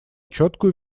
четкую